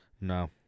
No